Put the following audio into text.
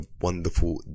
wonderful